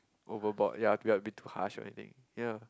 overboard ya a bit a bit too harsh or anything ya